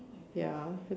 ya